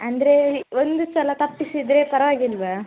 ಅಂದರೆ ಒಂದು ಸಲ ತಪ್ಪಿಸಿದರೆ ಪರವಾಗಿಲ್ವ